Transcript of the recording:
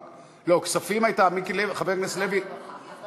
כספים, חבר הכנסת מיקי לוי, ועדת